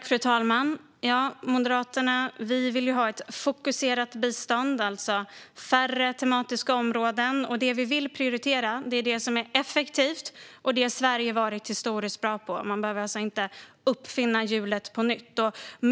Fru talman! Vi moderater vill ha ett fokuserat bistånd, alltså färre tematiska områden. Det vi vill prioritera är det som är effektivt, och det har Sverige varit historiskt bra på. Man behöver alltså inte uppfinna hjulet på nytt.